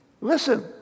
listen